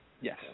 Yes